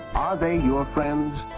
they your friends?